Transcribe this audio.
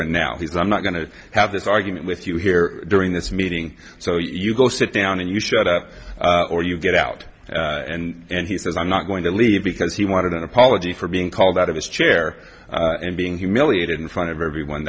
and now he's i'm not going to have this argument with you here during this meeting so you go sit down and you shut up or you get out and he says i'm not going to leave because he wanted an apology for being called out of his chair and being humiliated in front of everyone